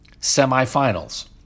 semifinals